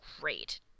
great